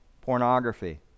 pornography